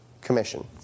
commission